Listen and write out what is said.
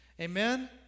Amen